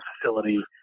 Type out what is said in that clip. facility